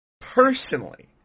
personally